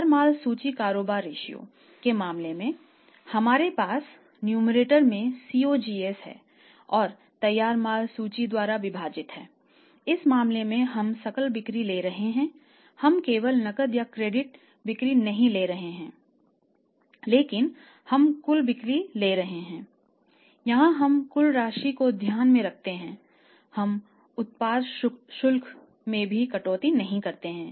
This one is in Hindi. तैयार माल सूची कारोबार रेश्यो पाते हैं